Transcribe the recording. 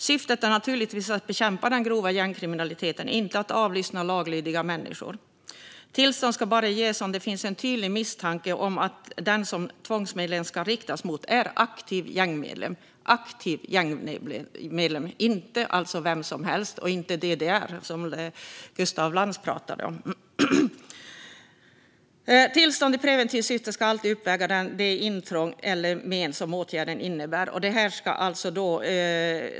Syftet är naturligtvis att bekämpa den grova gängkriminaliteten, inte att avlyssna laglydiga människor. Tillstånd ska bara ges om det finns en tydlig misstanke om att den som tvångsmedlen ska riktas mot är aktiv gängmedlem - aktiv gängmedlem, alltså inte vem som helst och inte DDR som Gustaf Lantz pratade om. Tillstånd i preventivt syfte ska alltid uppväga det intrång eller men som åtgärden innebär.